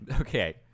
Okay